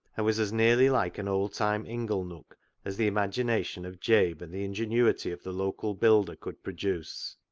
and was as nearly like an oldtime ingle-nook as the imagination of jabe and the ingenuity of the local builder could produce.